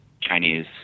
Chinese